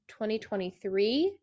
2023